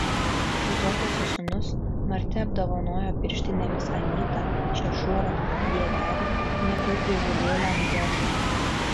kai tuokėsi sūnus marti apdovanojo pirštinėmis anytą šešurą dieverį net ir įžūlėlę mošą